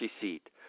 seat